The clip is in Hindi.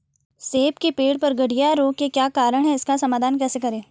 सेब के पेड़ पर गढ़िया रोग के क्या कारण हैं इसका समाधान कैसे करें?